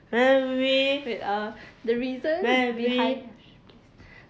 with ah the reason behind